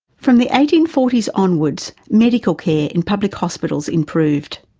from the eighteen forty s onwards medical care in public hospitals improved,